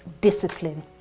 discipline